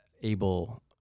able